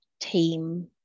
team